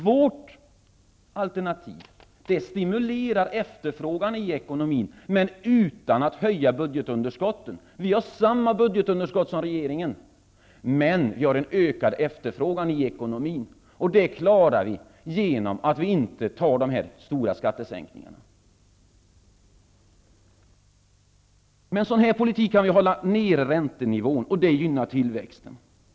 Vårt alternativ stimulerar efterfrågan i ekonomin men utan att höja budgetunderskottet. Det ger samma budgetunderskott som regeringens förslag. Men vi får en ökad efterfrågan i ekonomin. Det klarar vi genom att vi inte ger dessa stora skattesänkningar. Med en sådan politik kan vi hålla nere räntenivån. Det gynnar tillväxten.